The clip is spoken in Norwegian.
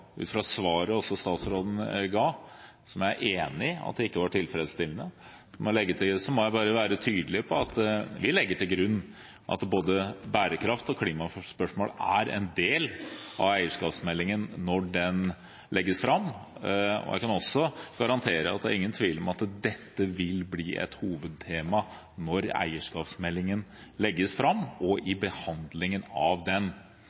ut fra svaret statsråden ga, si meg enig i at det ikke var tilfredsstillende. Da må jeg være tydelig på at vi legger til grunn at både bærekraft og klimaspørsmål er en del av eierskapsmeldingen når den legges fram. Jeg kan også garantere at det ikke er noen tvil om at dette vil bli et hovedtema når eierskapsmeldingen legges fram, og i behandlingen av den.